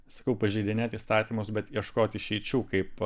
sakau pažeidinėt įstatymus bet ieškot išeičių kaip